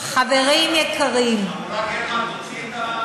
חברים יקרים, המורה גרמן, תוציאי אותו.